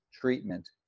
treatment